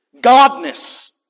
godness